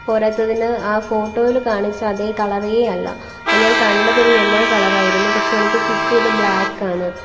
പോരാത്തതിന് ആ ഫോട്ടോയിൽ കാണിച്ച അതേ കളറേ അല്ല ഞാൻ കണ്ടതൊരു യെല്ലോ കളറായിരുന്നു പക്ഷെ എനിക്ക് കിട്ടിയത് ബ്ലാക്കാണ്